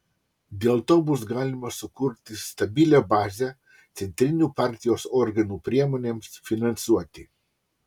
dėl to bus galima sukurti stabilią bazę centrinių partijos organų priemonėms finansuoti